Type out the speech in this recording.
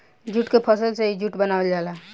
jute के फसल से ही जूट बनावल जाला